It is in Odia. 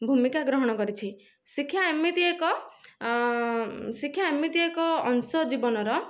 ଭୂମିକା ଗ୍ରହଣ କରିଛି ଶିକ୍ଷା ଏମିତି ଏକ ଶିକ୍ଷା ଏମିତି ଏକ ଅଂଶ ଜୀବନର